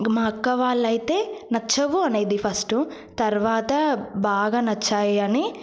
ఇక మా అక్క వాళ్ళైతే నచ్చవు అనేది ఫస్ట్ తర్వాత బాగా నచ్చాయి అని